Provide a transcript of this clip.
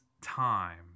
time